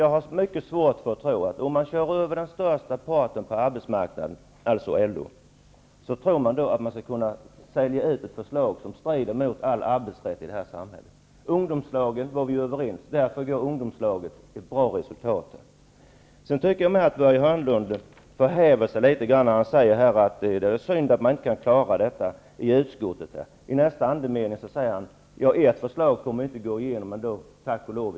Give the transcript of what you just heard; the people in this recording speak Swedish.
Jag har mycket svårt att tro, att man om man kör över den största parten på arbetsmarknaden, dvs. LO, kommer att kunna sälja in ett förslag som strider mot all arbetsrätt i detta samhälle. Ungdomslagen var vi överens om. Därför gav ungdomslagen ett bra resultat. Jag tycker att Börje Hörnlund förhäver sig litet grand när han säger att det är synd att man inte kan klara detta i utskottet. I nästa andetag säger han: Ert förslag kommer ändå inte att gå igenom i kammaren, tack och lov.